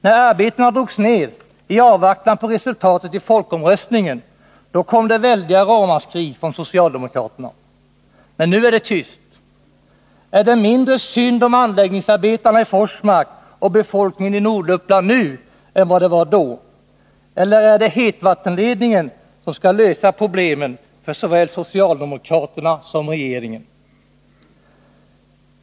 När arbetena drogs ned i avvaktan på resultatet av folkomröstningen kom det väldiga ramaskrin från socialdemokraterna, men nu är det tyst. Är det mindre synd om anläggningsarbetarna i Forsmark och befolkningen i Norduppland nu än vad det var då, eller är det hetvattenledningen som skall lösa problemen för såväl socialdemokraterna som regeringen?